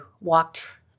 walked